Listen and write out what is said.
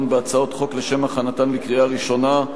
בהצעות חוק לשם הכנתן לקריאה ראשונה: